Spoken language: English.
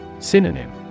Synonym